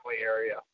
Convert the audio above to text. area